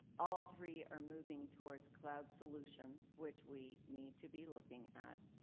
all three are moving toward cloud solutions which we need to be looking at,